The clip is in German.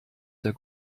der